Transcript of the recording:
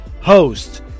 host